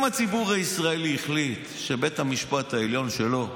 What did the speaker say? אם הציבור הישראלי החליט שבית המשפט העליון שלו